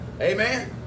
Amen